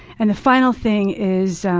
and the final thing is